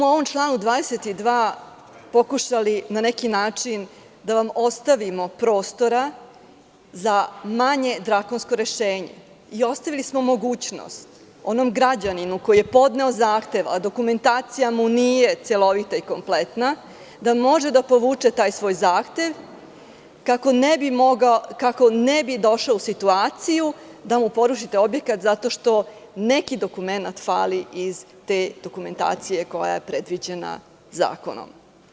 U članu 22. smo pokušali na neki način da vam ostavimo prostora za manje drakonsko rešenje i ostavili smo mogućnost onom građaninu koji je podneo zahtev, a dokumentacija mu nije celovita i kompletna, da može da povuče taj svoj zahtev kako ne bi došao u situaciju da mu porušite objekat zato što neki dokumenat fali iz te dokumentacije koja je predviđena zakonom.